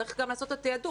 צריך גם לעשות את התעדוף.